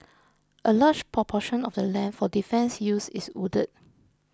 a large proportion of the land for defence use is wooded